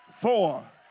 four